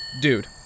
Dude